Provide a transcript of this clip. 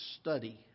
study